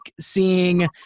seeing